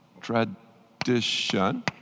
Tradition